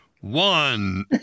one